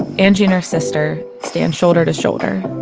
angie and her sister stand shoulder to shoulder,